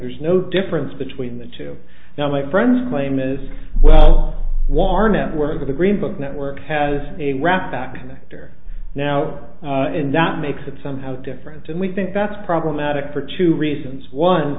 there's no difference between the two now my friends claim is well why our network of the green book network has a rap back there now and that makes it somehow different and we think that's problematic for two reasons one